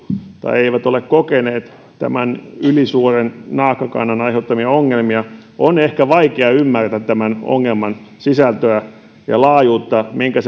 tai eivät ole kokeneet tämän ylisuuren naakkakannan aiheuttamia ongelmia on ehkä vaikea ymmärtää tämän ongelman sisältöä ja laajuutta minkä